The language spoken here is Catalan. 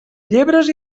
llebres